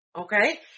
Okay